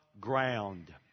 ground